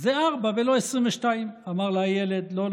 זה 4 ולא 22. אמר לה הילד: לא,